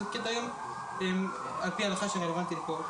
זה קריטריון על פי ההלכה, שרלוונטי לפה.